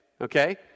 Okay